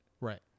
right